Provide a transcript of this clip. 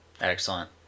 Excellent